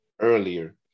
earlier